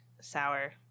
sour